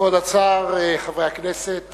כבוד השר, חברי הכנסת